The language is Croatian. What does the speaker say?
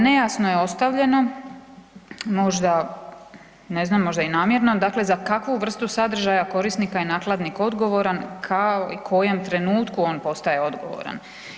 Nejasno je ostavljeno, možda ne znam možda i namjerno dakle za kakvu vrstu sadržaja korisnika je nakladnik odgovoran kao i u kojem trenutku on postaje odgovoran.